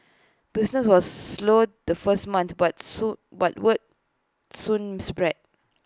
business was slow the first month but soon but word soon spread